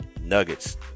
nuggets